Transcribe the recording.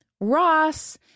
Ross